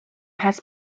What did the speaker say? has